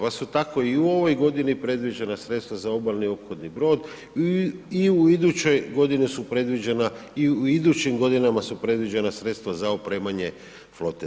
Pa su tako i u ovoj godini predviđena sredstva za obalni ophodni brod i u idućoj godini su predviđena i u idućim godinama su predviđena sredstva za opremanje flote.